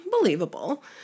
believable